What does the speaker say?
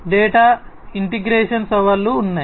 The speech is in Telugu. డేటా ఇంటిగ్రేషన్ సవాళ్లు ఉన్నాయి